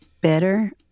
better